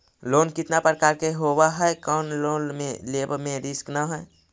Loan कितना प्रकार के होबा है कोन लोन लेब में रिस्क न है?